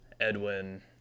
Edwin